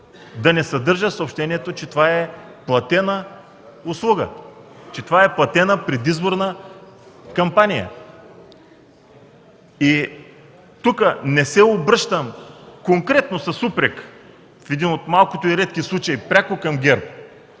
да не съдържа съобщението, че това е платена услуга, че това е платена предизборна кампания? Тук не се обръщам конкретно с упрек в един от малкото и редки случаи пряко към ГЕРБ